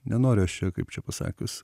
nenoriu aš čia kaip čia pasakius